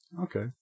Okay